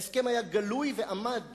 ההסכם היה גלוי ועמד